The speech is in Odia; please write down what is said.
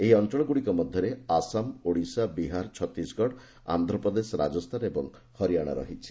ଏହି ଅଞ୍ଚଳଗୁଡ଼ିକ ମଧ୍ୟରେ ଆସାମ ଓଡ଼ିଶା ବିହାର ଛତିଶଗଡ଼ ଆନ୍ଧ୍ରପ୍ରଦେଶ ରାଜସ୍ଥାନ ଏବଂ ହରିୟାଣା ରହିଛି